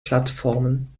plattformen